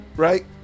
Right